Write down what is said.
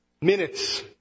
Minutes